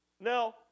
Now